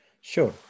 Sure